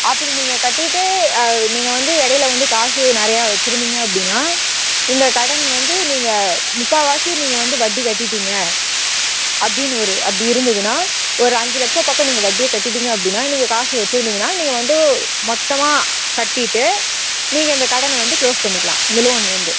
அப்படி நீங்கள் கட்டிகிட்டு நீங்கள் வந்து இடைல வந்து காசு நிறையா வச்சுருந்தீங்க அப்படினா இந்த கடன் வந்து நீங்கள் முக்கால்வாசி நீங்கள் வந்து வட்டி கட்டிட்டிங்க அப்படினு ஒரு அப்படி இருந்ததுனால் ஒரு அஞ்சு லட்சம் பக்கம் நீங்கள் வட்டியே கட்டிட்டிங்க அப்படினா நீங்கள் காசு வச்சுருந்திங்கனா நீங்கள் வந்து மொத்தமாக கட்டிவிட்டு நீங்கள் இந்த கடனை வந்து குளோஸ் பண்ணிக்கலாம் இந்த லோன் வந்து